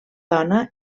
dona